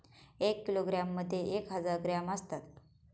एक किलोग्रॅममध्ये एक हजार ग्रॅम असतात